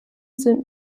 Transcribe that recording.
sind